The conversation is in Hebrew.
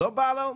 לא בא לו?